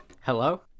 Hello